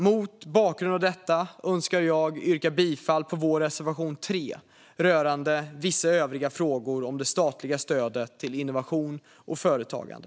Mot bakgrund av detta önskar jag yrka bifall till vår reservation 3 rörande vissa övriga frågor om det statliga stödet till innovation och företagande.